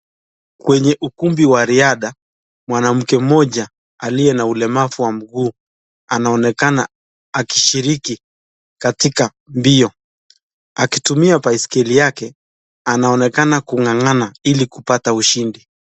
Kwenye ukumbi wa riadha mwanamke mmoja aliye na ulemavu wa mguu anaonekana akishiriki katika mbio. Akitumia baiskeli yake, anaonekana kung'ang'ana ili kupata ushindi.